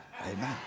Amen